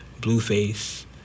Blueface